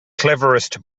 cleverest